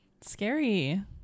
scary